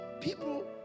people